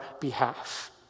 behalf